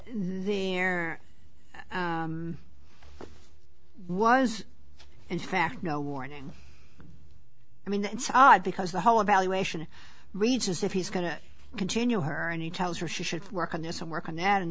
air was in fact no warning i mean it's odd because the whole evaluation reads as if he's going to continue her and he tells her she should work on this and work on that and